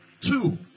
Two